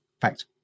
Fact